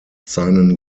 seinen